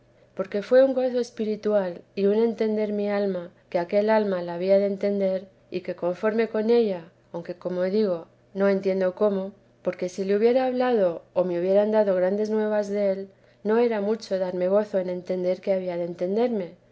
porque fué un gozo espiritual y un entender mi alma que aquel alma me había de entender y que conformaba con ella aunque como digo no entiendo cómo porque si le hubiera hablado o me hubieran dado grandes nuevas del no era mucho darme gozo en entender que había de entenderme